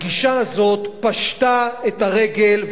הגישה הזאת פשטה את הרגל,